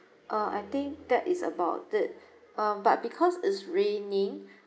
uh I think that is about it um but because it's raining